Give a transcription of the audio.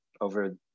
over